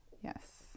Yes